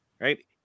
Right